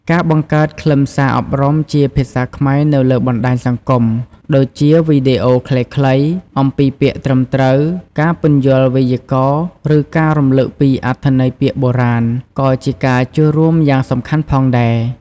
ការបង្កើតខ្លឹមសារអប់រំជាភាសាខ្មែរនៅលើបណ្តាញសង្គម ដូចជាវីដេអូខ្លីៗអំពីពាក្យត្រឹមត្រូវ ការពន្យល់វេយ្យាករណ៍ ឬការរំលឹកពីអត្ថន័យពាក្យបុរាណ ក៏ជាការចូលរួមយ៉ាងសំខាន់ផងដែរ។